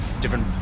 different